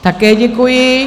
Také děkuji.